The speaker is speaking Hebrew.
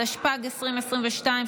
התשפ"ג 2022,